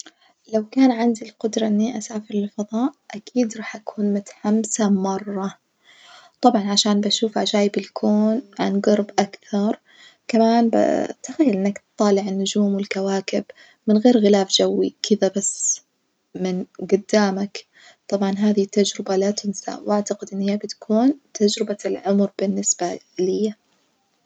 لو كان عندي القدرة إني أسافر للفظاء أكيد راح أكون متحمسة مررة طبعًا عشان بشوف عجايب الكون عن جرب أكثر، كمان ب تخيل إنك تطالع النجوم والكواكب من غير غلاف جوي كدة بس من جدامك، طبعًا هذي تجربة لا تنسى وأعتقد إن هي بتكون تجربة العمر بالنسبة ليَ.